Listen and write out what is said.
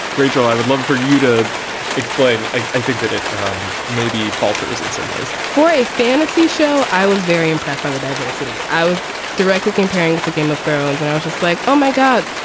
rachel, i would love for you to explain. i i think that it um maybe falters in some ways for a fantasy show i was very impressed by the diversity. i was directly comparing the game of thrones and i was just like, oh, my god,